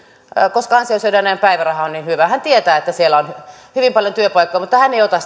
koska ansiosidonnainen päiväraha on niin hyvä hän tietää että siellä on hyvin paljon työpaikkoja mutta hän ei ota